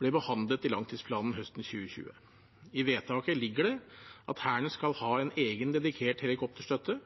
ble behandlet i langtidsplanen høsten 2020. I vedtaket ligger det at Hæren skal ha en egen, dedikert helikopterstøtte,